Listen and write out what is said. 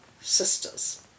sisters